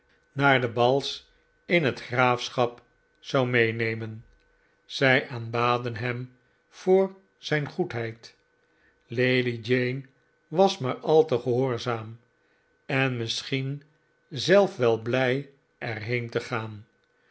naar de bals in het graafschap zou meenemen zij aanbaden hem voor zijn goedheid lady jane was maar al te gehoorzaam en misschien zelf wel blij er heen te gaan